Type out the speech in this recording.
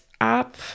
up